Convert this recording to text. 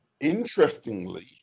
Interestingly